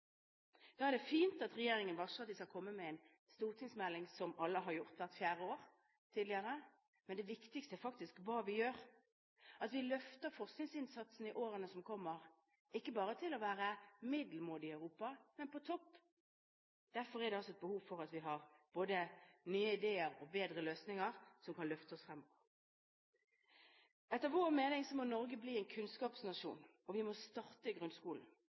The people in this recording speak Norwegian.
Da er det fint at regjeringen varsler at den skal komme med en stortingsmelding, som alle har gjort hvert fjerde år. Men det viktigste er faktisk hva vi gjør, at vi løfter forskningsinnsatsen i årene som kommer, ikke bare til å være middelmådig i Europa, men på topp. Derfor er det behov for å ha både nye ideer og bedre løsninger, som kan løfte oss fremover. Etter vår mening må Norge bli en kunnskapsnasjon, og vi må starte i grunnskolen.